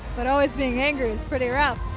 but always being angry is pretty rough.